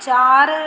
चारि